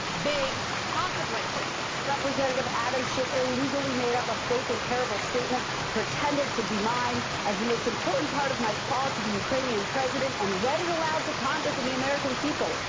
big consequences. representative adam schiff illegally made up a fake and terrible statement pretended it to be mine as the most important part of my call to the ukrainian president, and read it aloud to congress and the american people.